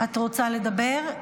את רוצה לדבר?